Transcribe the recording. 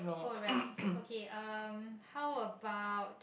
oh right okay um how about